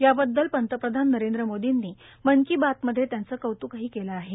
याबद्दल पंतप्रधान नरेंद्र मोदींनी मन की बात मधे त्यांचं कौत्क केलं आहे